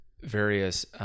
various